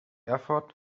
erfurt